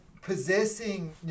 possessing